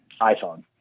iPhone